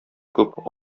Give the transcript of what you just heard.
күп